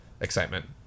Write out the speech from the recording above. excitement